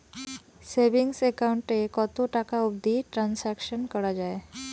Savings account এ কতো টাকা অবধি ট্রানসাকশান করা য়ায়?